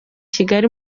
kigali